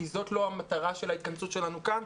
כי זאת לא המטרה של ההתכנסות שלנו כאן,